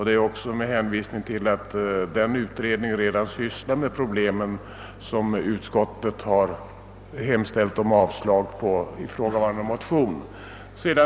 Det är också med hänvisning därtill som utskottet har hemställt om avslag på ifrågavarande motion.